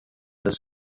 des